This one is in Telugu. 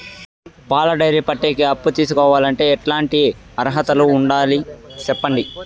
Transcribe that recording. పాల డైరీ పెట్టేకి అప్పు తీసుకోవాలంటే ఎట్లాంటి అర్హతలు ఉండాలి సెప్పండి?